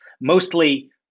mostly